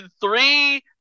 three